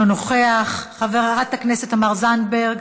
אינו נוכח, חברת הכנסת תמר זנדברג,